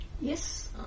Yes